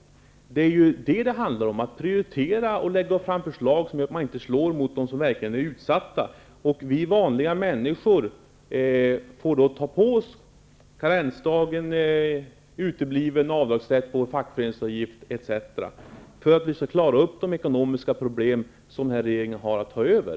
Det är detta det handlar om -- att prioritera och lägga fram förslag som gör att man inte slår mot dem som verkligen är utsatta. Vi vanliga människor får då ta på oss karensdagen, utebliven avdragsrätt för fackföreningsavgiften, etc., för att klara de ekonomiska problem som den här regeringen har fått ta över.